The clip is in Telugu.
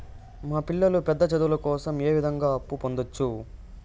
మా పిల్లలు పెద్ద చదువులు కోసం ఏ విధంగా అప్పు పొందొచ్చు?